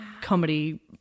comedy